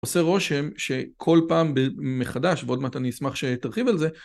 עושה רושם שכל פעם ב.. מחדש, ועוד מעט אני אשמח שתרחיב על זה.